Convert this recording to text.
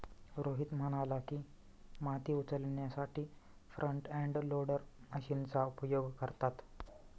रोहित म्हणाला की, माती उचलण्यासाठी फ्रंट एंड लोडर मशीनचा उपयोग करतात